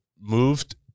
moved